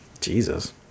jesus